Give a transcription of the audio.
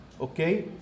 okay